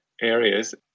areas